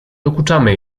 dokuczamy